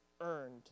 earned